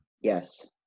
Yes